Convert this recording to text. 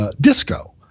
Disco